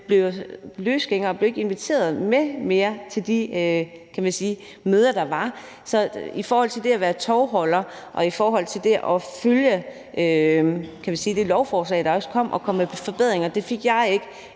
jeg løsgænger og blev ikke inviteret med mere til de møder, der var. Så i forhold til det at være tovholder og i forhold til det at følge det lovforslag, der også kom, og komme med forbedringer, så fik jeg ikke